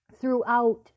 throughout